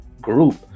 group